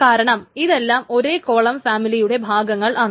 കാരണം ഇതെല്ലാം ഒരേ കോളം ഫാമിലിയുടെ ഭാഗങ്ങളാണ്